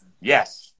Yes